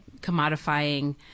commodifying